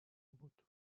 بود